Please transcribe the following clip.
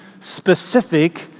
specific